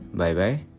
Bye-bye